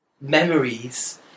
Memories